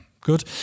good